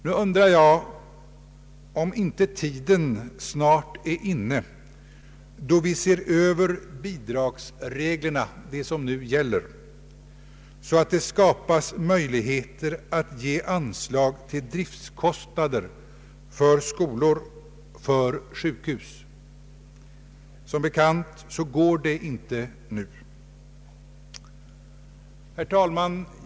Nu undrar jag om inte tiden snart är inne då vi ser över bidragsreglerna — de som nu gäller — så att det skapas möjligheter att ge anslag till driftkostnader för skolor och för sjukhus. Som bekant går det inte nu. Herr talman!